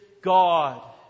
God